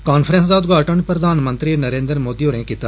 conference दा उदघाटन प्रधानमंत्री नरेन्द्र मोदी होरें कीता